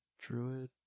Druid